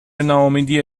ناامیدی